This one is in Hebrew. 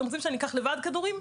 אתם רוצים שאני אקח לבד כדורים?